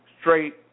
straight